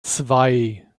zwei